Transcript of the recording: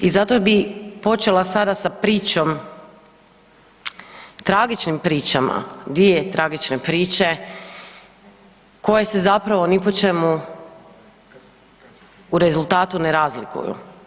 I zato bi počela sada sa pričom, tragičnim pričama, dvije tragične priče koje se zapravo ni po čemu u rezultatu ne razlikuju.